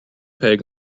peg